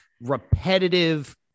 repetitive